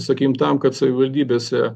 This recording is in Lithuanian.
sakykim tam kad savivaldybėse